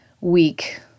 week